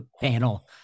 panel